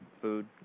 food